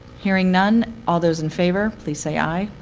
hearing none, all those in favor, please say aye.